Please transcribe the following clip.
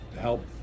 help